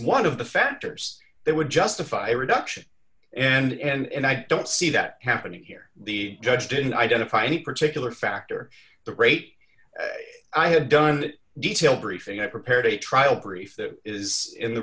one of the factors that would justify reduction and i don't see that happening here the judge didn't identify any particular factor the rate i had done that detailed briefing i prepared a trial brief that is in the